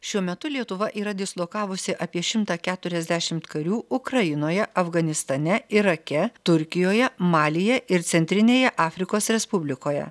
šiuo metu lietuva yra dislokavusi apie šimtą keturiasdešimt karių ukrainoje afganistane irake turkijoje malyje ir centrinėje afrikos respublikoje